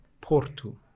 Porto